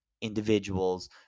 individuals